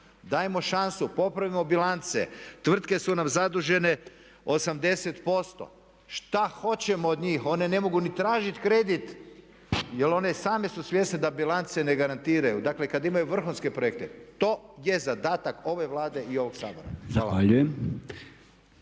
dajmo šansu, popravimo bilance, tvrtke su nam zadužene 80%. Šta hoćemo od njih, one ne mogu ni tražiti kredit jer one same su svjesne da bilance ne garantiraju, dakle kada imaju vrhunske projekte. To je zadatak ove Vlade i ovog Sabora. **Podolnjak,